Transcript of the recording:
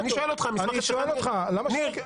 אני שואל אותך: המסמך אצלך?